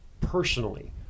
personally